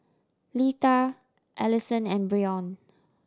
Litha Alison and Brion